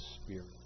Spirit